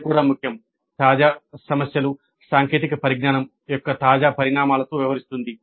ఇది కూడా ముఖ్యం తాజా సమస్యలు సాంకేతిక పరిజ్ఞానం యొక్క తాజా పరిణామాలతో వ్యవహరిస్తుంది